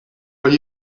will